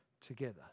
together